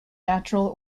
natural